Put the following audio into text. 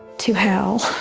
to hell.